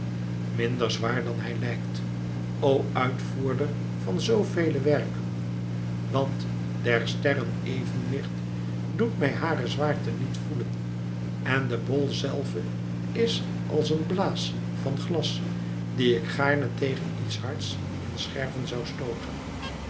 minder zwaar dan hij lijkt o uitvoerder van zoo vele werken want der sterren evenwicht doet mij hàre zwaarte niet voelen en de bol zelve is als een blaas van glas die ik gaarne tegen iets hards in scherven zoû stooten